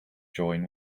join